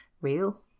real